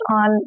on